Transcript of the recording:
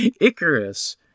Icarus